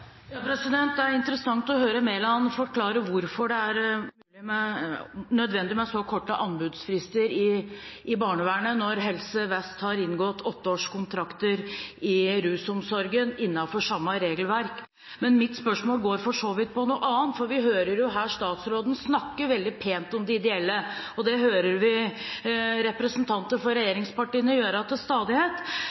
korte anbudsfrister i barnevernet når Helse Vest har inngått åtteårskontrakter i rusomsorgen innenfor samme regelverk. Men mitt spørsmål går for så vidt på noe annet: Vi hører statsråden her snakke veldig pent om de ideelle, og det hører vi representanter for regjeringspartiene gjøre til stadighet.